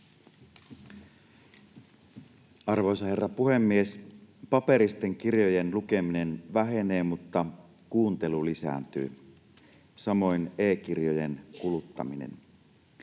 Arvoisa herra puhemies! Paperisten kirjojen lukeminen vähenee, mutta kuuntelu lisääntyy, samoin e-kirjojen kuluttaminen.